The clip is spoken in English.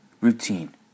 routine